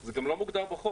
זה גם לא מוגדר בחוק.